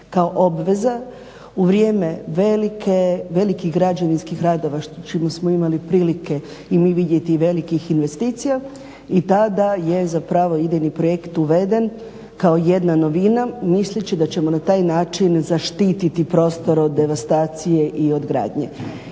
kao obveza u vrijeme velikih građevinskih radova čime smo imali prilike i mi vidjeti velikih investicija i tada je zapravo idejni projekt uveden kao jedna novina misleći da ćemo na taj način zaštititi prostor od devastacije i od gradnje.